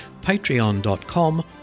patreon.com